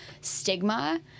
stigma